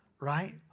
Right